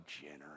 generous